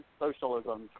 socialism